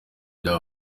bya